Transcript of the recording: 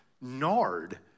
nard